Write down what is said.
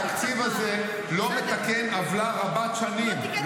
התקציב לא מתקן עוולה רבת-שנים.